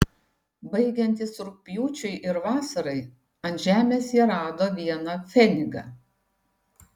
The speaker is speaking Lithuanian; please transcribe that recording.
baigiantis rugpjūčiui ir vasarai ant žemės jie rado vieną pfenigą